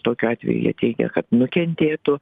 tokiu atveju jie teigia kad nukentėtų